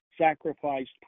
sacrificed